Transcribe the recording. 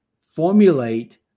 formulate